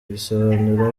bisobanura